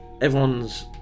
Everyone's